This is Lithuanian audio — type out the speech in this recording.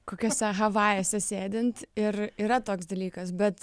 kokiuose havajuose sėdint ir yra toks dalykas bet